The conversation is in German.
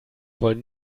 wollen